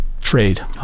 trade